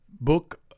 Book